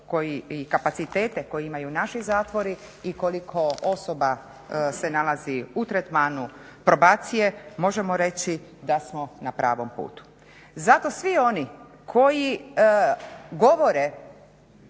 i kapacitete koji imaju naši zatvori i koliko osoba se nalazi u tretmanu probacije možemo reći da smo na pravom putu. Zato svi oni koji govore